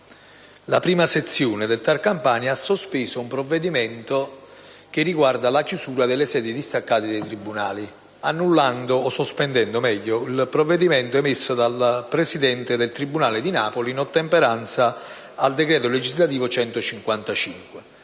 la prima sezione del TAR Campania ha sospeso un provvedimento che riguarda la chiusura delle sedi distaccate dei tribunali, annullando, o meglio sospendendo, il provvedimento emesso dal Presidente del tribunale di Napoli, in ottemperanza al decreto legislativo n.